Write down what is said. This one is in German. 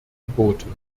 geboten